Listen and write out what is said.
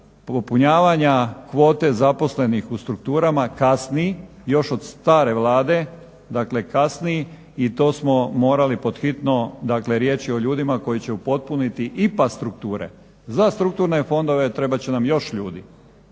popunjavanja kvote zaposlenih u strukturama kasni još od stare Vlade, dakle kasni i to smo morali pod hitno, dakle riječ je o ljudima koji će upotpuniti IPA strukture. Za strukturne fondove trebat će nam još ljudi.